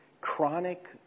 chronic